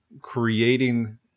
creating